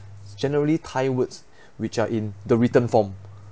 generally thai words which are in the written form